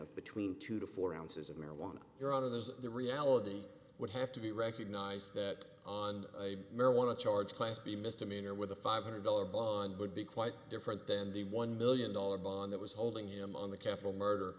of between two to four ounces of marijuana your honor there's the reality would have to be recognize that on a marijuana charge a class b misdemeanor with a five hundred dollars bond would be quite different than the one million dollar bond that was holding him on the capital murder